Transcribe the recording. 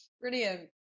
Brilliant